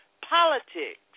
politics